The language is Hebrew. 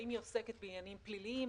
האם היא עוסקת בעניינים פליליים,